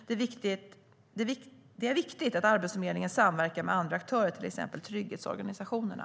Det är viktigt att Arbetsförmedlingen samverkar med andra aktörer, till exempel trygghetsorganisationerna.